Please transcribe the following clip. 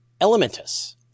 Elementus